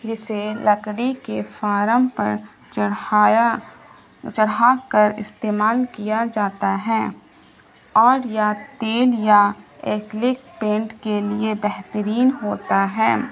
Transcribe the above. جسے لکڑی کے فارم پر چڑھایا چڑھا کر استعمال کیا جاتا ہے اور یا تیل یا ایکلک پینٹ کے لیے بہترین ہوتا ہے